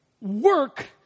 work